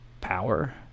power